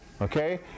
okay